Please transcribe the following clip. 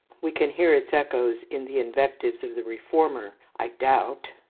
we can hear its echoes in the invectives of the reformer i doubt,